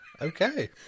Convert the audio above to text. Okay